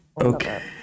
Okay